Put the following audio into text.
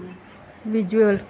visual